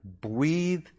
breathe